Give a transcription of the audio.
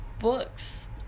books